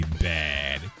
bad